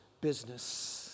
business